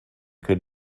could